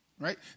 Right